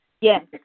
Yes